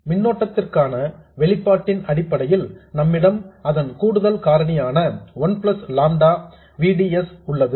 மின்னோட்டத்திற்கான வெளிப்பாட்டின் அடிப்படையில் நம்மிடம் அதன் கூடுதல் காரணியான one plus lambda V D S உள்ளது